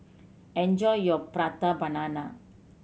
enjoy your Prata Banana